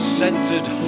centered